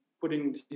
putting